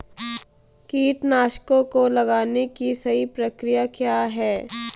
कीटनाशकों को लगाने की सही प्रक्रिया क्या है?